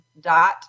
Dot